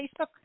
Facebook